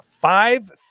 Five